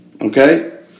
okay